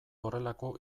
horrelako